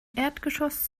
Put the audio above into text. erdgeschoss